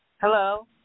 Hello